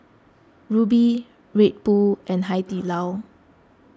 Rubi Red Bull and Hai Di Lao